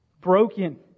Broken